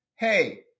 hey